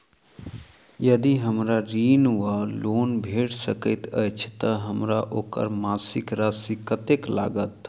यदि हमरा ऋण वा लोन भेट सकैत अछि तऽ हमरा ओकर मासिक राशि कत्तेक लागत?